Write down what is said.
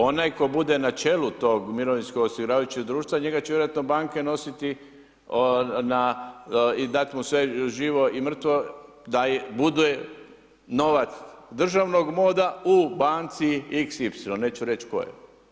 Onaj tko bude na čelu tog mirovinsko osiguravajućeg društva njega će vjerojatno banke nositi na i dati mu sve živo i mrtvo da bude novac državnog MOD-a u banci xy, neću reći kojoj.